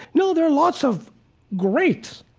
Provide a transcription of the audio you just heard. no, there are lots of great,